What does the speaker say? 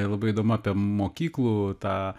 labai įdomu apie mokyklų tą